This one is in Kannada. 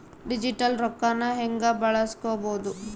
ಡಿಜಿಟಲ್ ರೊಕ್ಕನ ಹ್ಯೆಂಗ ಬಳಸ್ಕೊಬೊದು?